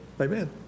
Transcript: Amen